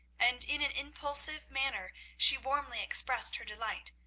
and in an impulsive manner she warmly expressed her delight,